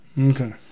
Okay